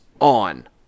On